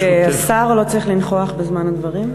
רק, השר לא צריך לנכוח בזמן הדברים?